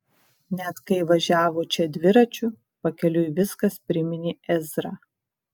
net kai važiavo čia dviračiu pakeliui viskas priminė ezrą